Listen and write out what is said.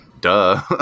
duh